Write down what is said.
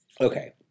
Okay